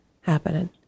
happening